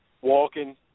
walking